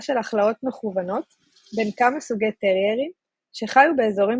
של הכלאות מכוונות בין כמה סוגי טריירים שחיו באזורים